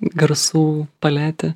garsų paletė